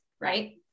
right